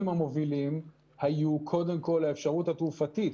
המובילים היו קודם כל האפשרות התעופתית,